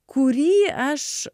kurį aš